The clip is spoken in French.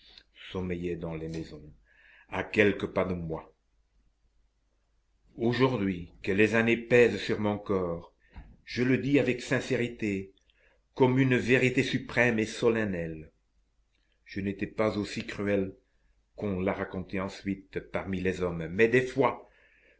sommeillait dans les maisons à quelques pas de moi aujourd'hui que les années pèsent sur mon corps je le dis avec sincérité comme une vérité suprême et solennelle je n'étais pas aussi cruel qu'on l'a raconté ensuite parmi les hommes mais des fois